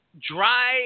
dry